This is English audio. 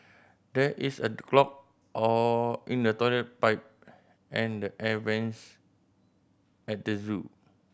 there is a clog or in the toilet pipe and the air vents at the zoo